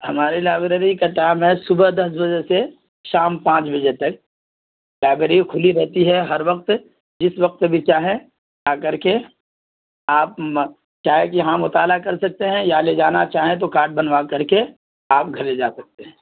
ہماری لائبریری کا ٹائم ہے صبح دس بجے سے شام پانچ بجے تک لائبریری کھلی رہتی ہے ہر وقت جس وقت بھی چاہیں آ کر کے آپ کیا ہے کہ یہاں مطالعہ کر سکتے ہیں یا لے جانا چاہیں تو کارڈ بنوا کر کے آپ گھر لے جا سکتے ہیں